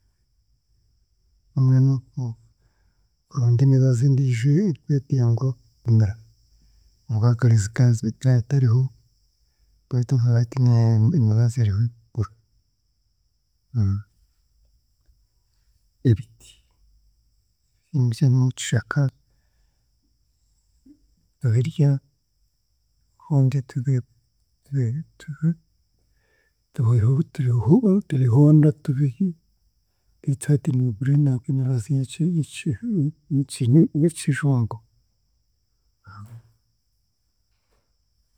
Mbwenu o- oronda emibazi endiijo e-. Obwakare zika zikyatariho bitu obwahati emibazi eriho y'okugura. Ebiti nimbisheenya omu kishaka tubirya, obundi obihonda tubi tubiho-, tubiho-, tubiho-, tubihonda tubirya biitu hati ningura enanka emibazi y'eki- y'eki-, y'ekijungu.